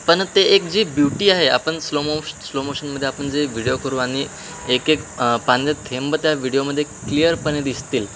पण ते एक जी ब्युटी आहे आपण स्लो मोश स्लो मोशनमध्ये आपण जे व्हिडिओ करू आणि एक एक पाण्याचा थेंब त्या व्हिडिओमध्ये क्लियरपणे दिसतील